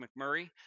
mcmurray